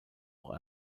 auch